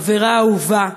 חברה אהובה,